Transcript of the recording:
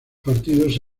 partidos